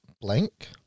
blank